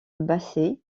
basset